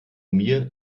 mir